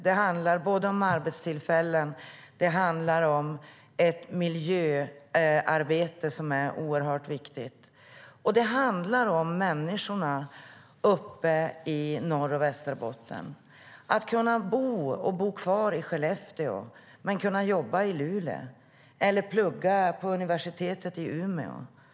Det handlar om arbetstillfällen. Det handlar om ett miljöarbete som är oerhört viktigt. Och det handlar om människorna uppe i Norr och Västerbotten. Att kunna bo kvar i Skellefteå och jobba i Luleå eller plugga på universitetet i Umeå är fantastiskt bra.